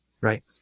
Right